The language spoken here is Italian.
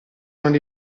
non